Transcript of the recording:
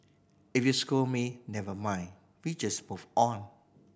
if you scold me never mind we just move on